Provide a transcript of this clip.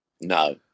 No